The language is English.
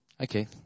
Okay